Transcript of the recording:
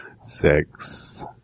six